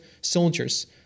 Soldiers